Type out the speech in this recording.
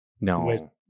No